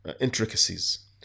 intricacies